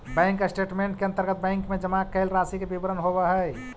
bank statement के अंतर्गत bank में जमा कैल राशि के विवरण होवऽ हइ